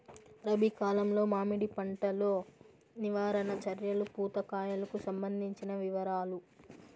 రబి కాలంలో మామిడి పంట లో నివారణ చర్యలు పూత కాయలకు సంబంధించిన వివరాలు?